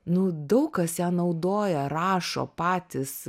nu daug kas ją naudoja rašo patys